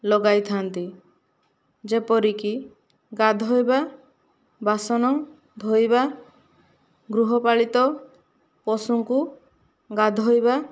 ଲଗାଇଥାନ୍ତି ଯେପରିକି ଗାଧୋଇବା ବାସନ ଧୋଇବା ଗୃହପାଳିତ ପଶୁଙ୍କୁ ଗାଧୋଇବା